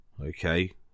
okay